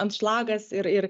anšlagas ir ir